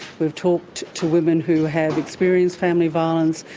we've talked to women who have experienced family violence,